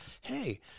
Hey